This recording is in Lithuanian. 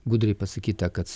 gudriai pasakyta kad